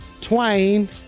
Twain